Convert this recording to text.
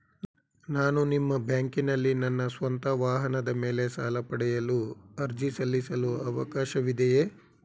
ನಾನು ನಿಮ್ಮ ಬ್ಯಾಂಕಿನಲ್ಲಿ ನನ್ನ ಸ್ವಂತ ವಾಹನದ ಮೇಲೆ ಸಾಲ ಪಡೆಯಲು ಅರ್ಜಿ ಸಲ್ಲಿಸಲು ಅವಕಾಶವಿದೆಯೇ?